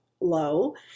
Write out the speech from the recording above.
low